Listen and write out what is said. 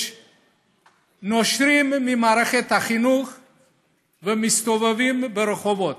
יש שנושרים ממערכת החינוך ומסתובבים ברחובות.